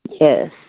Yes